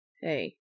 Hey